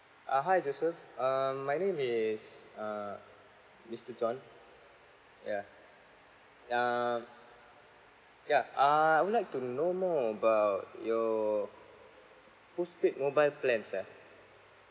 ah hi joseph um my name is uh mister john yeah um yeah uh I would like to know more about your postpaid mobile plans ah